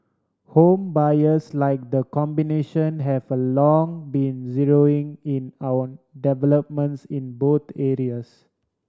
home buyers like the combination have a long been zeroing in our developments in both areas